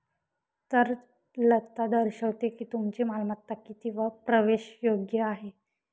तरलता दर्शवते की तुमची मालमत्ता किती प्रवेशयोग्य आहे